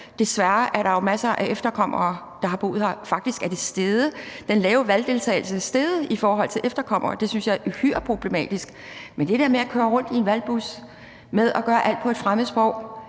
Desværre er der jo masser af efterkommere, der har boet har længe, og faktisk er den lave valgdeltagelse steget i forhold til efterkommere, og det synes jeg er uhyre problematisk. Men det der med at køre rundt i en valgbus og gøre alt på et fremmed sprog